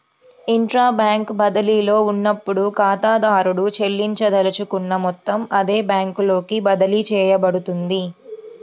intra bank బదిలీలో ఉన్నప్పుడు, ఖాతాదారుడు చెల్లించదలుచుకున్న మొత్తం అదే బ్యాంకులోకి బదిలీ చేయబడుతుంది